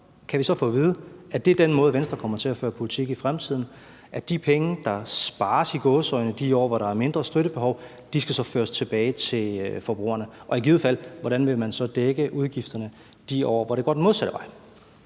kan vi så få at vide, at det er den måde, Venstre kommer til at føre politik på i fremtiden, altså at de penge, der – i gåseøjne – spares de år, hvor der er mindre støttebehov, skal føres tilbage til forbrugerne, og hvordan vil man så i givet fald dække udgifterne de år, hvor det går den modsatte vej?